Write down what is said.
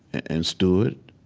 and stood,